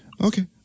Okay